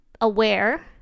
aware